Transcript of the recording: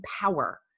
power